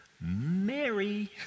Mary